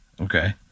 Okay